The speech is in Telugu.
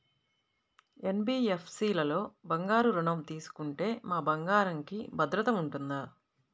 ఎన్.బీ.ఎఫ్.సి లలో బంగారు ఋణం తీసుకుంటే మా బంగారంకి భద్రత ఉంటుందా?